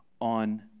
on